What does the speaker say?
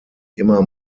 immer